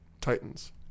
Titans